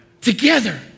Together